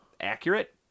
accurate